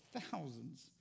thousands